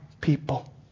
people